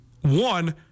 One